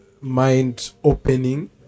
mind-opening